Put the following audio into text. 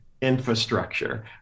infrastructure